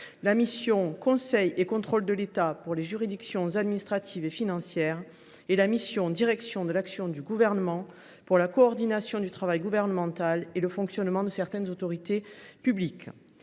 la mission « Conseil et contrôle de l’État » pour les juridictions administratives et financières et la mission « Direction de l’action du Gouvernement » pour la coordination du travail gouvernemental et le fonctionnement de certaines autorités publiques.